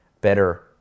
better